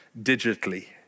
digitally